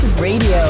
Radio